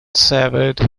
severed